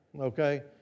okay